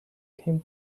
became